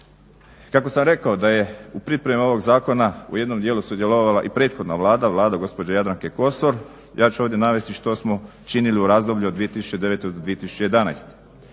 Kako sam rekao da je u pripremi ovog Zakona u jednom dijelu sudjelovala i prethodna Vlada, Vlada gospođe Jadranke Kosor ja ću ovdje navesti što smo učinili u razdoblju od 2009. do 2011.